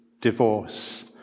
divorce